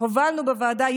הובלנו בוועדה,